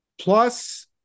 Plus